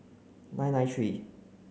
nine nine three